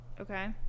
okay